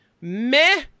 meh